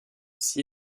s’y